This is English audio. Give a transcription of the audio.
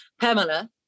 Pamela